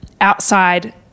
outside